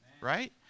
Right